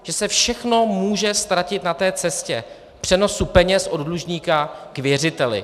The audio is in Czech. Že se všechno může ztratit na té cestě v přenosu peněz od dlužníka k věřiteli.